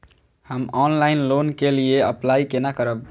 हम online loan के लिए अप्लाई केना करब?